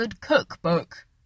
cookbook